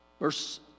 Verse